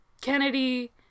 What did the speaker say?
Kennedy